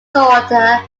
daughter